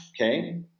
Okay